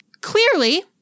Clearly